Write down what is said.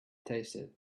tasted